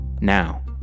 Now